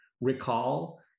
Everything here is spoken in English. recall